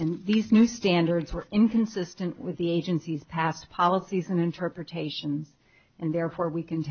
in these new standards were inconsistent with the agency's past policies and interpretations and therefore we c